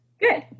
Good